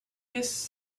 his